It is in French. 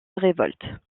révolte